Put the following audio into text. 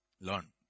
Learn